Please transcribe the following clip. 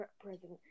president